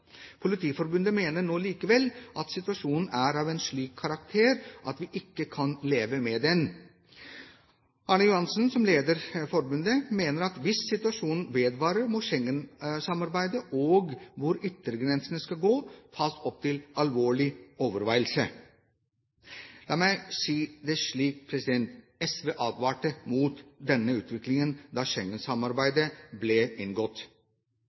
Politiforbundet mener nå likevel at situasjonen er av en slik karakter at «vi ikke kan leve med den». Arne Johannessen, som leder forbundet, mener at hvis situasjonen vedvarer, må Schengensamarbeidet og hvor yttergrensene skal gå, tas opp til alvorlig overveielse. La meg si det slik: SV advarte mot denne utviklingen da Schengensamarbeidet ble inngått.